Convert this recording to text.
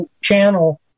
channel